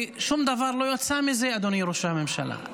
ושום דבר לא יצא מזה, אדוני ראש הממשלה.